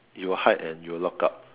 you will hide and you will lock up